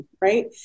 right